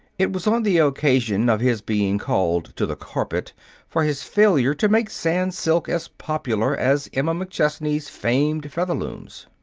it was on the occasion of his being called to the carpet for his failure to make sans-silks as popular as emma mcchesney's famed featherlooms.